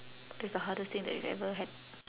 that's the hardest thing that you've ever had